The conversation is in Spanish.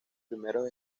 primeros